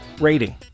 rating